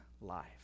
life